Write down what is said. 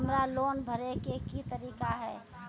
हमरा लोन भरे के की तरीका है?